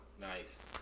Nice